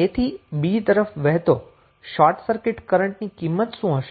a થી b તરફ વહેતા શોર્ટ સર્કિટ કરંટની કિંમત શું હશે